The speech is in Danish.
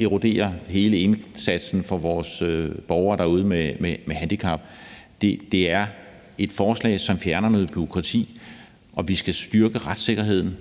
eroderer hele indsatsen for vores borgere derude med handicap. Det er et forslag, som fjerner noget bureaukrati. Vi skal styrke retssikkerheden,